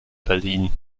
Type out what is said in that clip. berlin